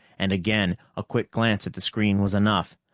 and again a quick glance at the screen was enough.